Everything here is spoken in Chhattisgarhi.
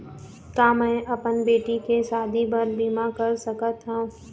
का मैं अपन बेटी के शादी बर बीमा कर सकत हव?